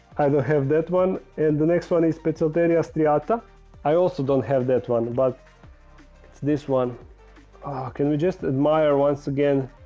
i don't have that one and the next one is fit so tell us tiata i also don't have that one but it's this one ah can we just admire once again?